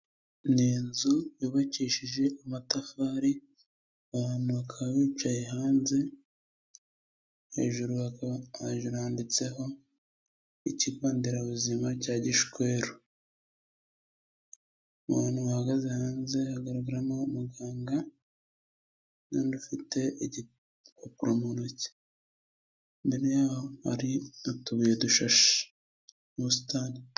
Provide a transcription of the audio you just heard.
Ni inzu yubakishije amatafari, abantu bakaba bicaye hanze. Hejuru handitseho ikigo nderabuzima cya gishweru, abantu bahagaze hanze hagaragaramo umuganga n'undi ufite igipapuro mu ntoki. Imbere yaho hari utubuye dushashe mu busitani.